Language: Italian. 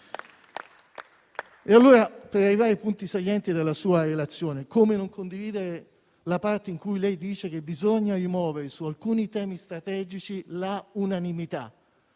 Presidente. Arrivando ai punti salienti della sua relazione, come non condividere la parte in cui lei dice che bisogna rimuovere su alcuni temi strategici l'unanimità,